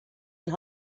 and